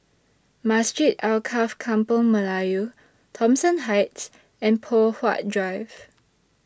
Masjid Alkaff Kampung Melayu Thomson Heights and Poh Huat Drive